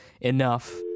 enough